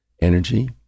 Energy